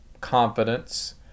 confidence